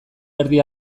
erdi